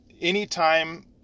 anytime